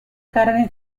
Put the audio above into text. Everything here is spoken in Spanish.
carne